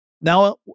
Now